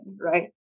right